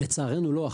לצערנו לא.